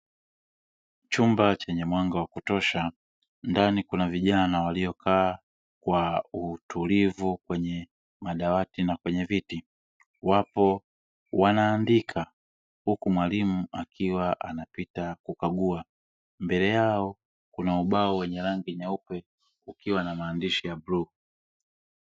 Chenye mwanga wa kutosha ndani kuna vijana na waliokaa kwa utulivu kwenye madawati na kwenye viti wapo wanaandika huku mwalimu akiwa anapita kukagua, mbele yao kuna ubao wenye rangi nyeupe ukiwa na maandishi ya bluu.